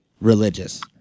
religious